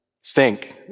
stink